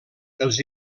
els